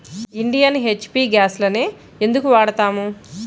Indian, HP గ్యాస్లనే ఎందుకు వాడతాము?